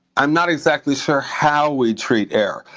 i'm not exactly sure how we treat air.